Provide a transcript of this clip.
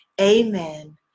Amen